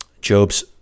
Job's